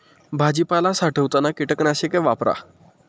भाजीपाला साठवताना कीटकनाशके वापरा